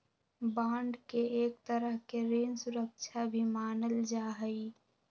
bond के एक तरह के ऋण सुरक्षा भी मानल जा हई